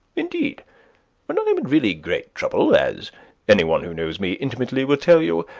indeed, when i am in really great trouble, as any one who knows me intimately will tell you,